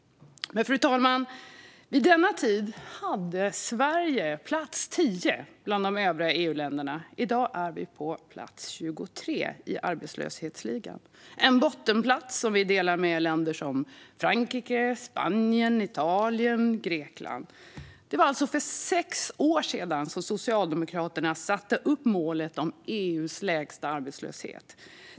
Fru talman! Vid denna tid hade Sverige plats 10 bland de övriga EU-länderna. I dag är vi på plats 23 i arbetslöshetsligan. Det är en bottenplats som vi delar med länder som Frankrike, Spanien, Italien och Grekland. Det var alltså för sex år sedan som Socialdemokraterna satte upp målet om EU:s lägsta arbetslöshet.